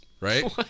right